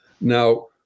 Now